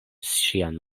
ŝian